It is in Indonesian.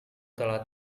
telah